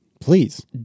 please